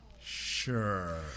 Sure